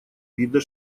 вида